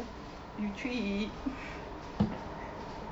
!wah! you treat